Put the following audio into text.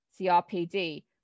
CRPD